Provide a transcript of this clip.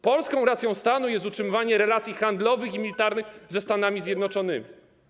Polską racją stanu jest utrzymywanie relacji handlowych i militarnych ze Stanami Zjednoczonymi.